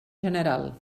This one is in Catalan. general